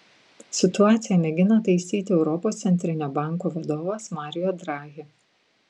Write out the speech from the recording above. situaciją mėgina taisyti europos centrinio banko vadovas mario draghi